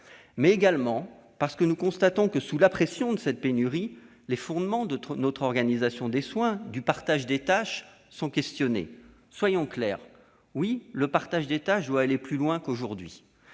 point. En outre, nous constatons que, sous la pression de la pénurie, les fondements de notre organisation des soins et du partage des tâches sont mis en question. Soyons clairs. Oui, le partage des tâches doit aller plus loin qu'aujourd'hui.